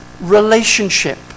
relationship